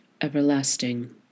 everlasting